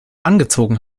angezogen